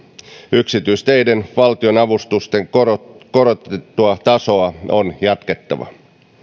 yksityisteiden valtionavustusten korotettua tasoa on jatkettava